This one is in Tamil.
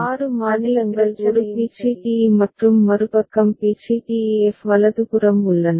எனவே ஆறு மாநிலங்கள் ஒரு பி சி டி இ மற்றும் மறுபக்கம் B C D E F வலதுபுறம் உள்ளன